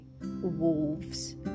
wolves